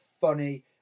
funny